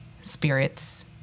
spirits